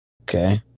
Okay